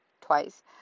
twice